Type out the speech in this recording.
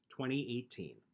2018